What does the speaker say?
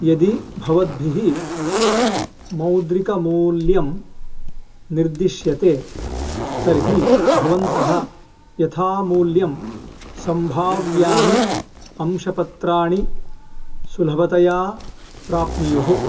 यदि भवद्भिः मौद्रिकमूल्यं निर्दिश्यते तर्हि भवन्तः यथामूल्यं सम्भाव्यानि अंशपत्राणि सुलभतया प्राप्नुयुः